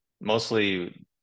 mostly